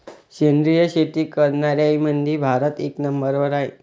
सेंद्रिय शेती करनाऱ्याईमंधी भारत एक नंबरवर हाय